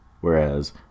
whereas